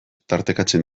tartekatzen